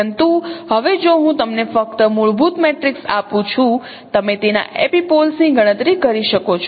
પરંતુ હવે જો હું તમને ફક્ત મૂળભૂત મેટ્રિક્સ આપું છું તમે તેના એપિપોલ્સ ની ગણતરી કરી શકો છો